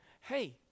hey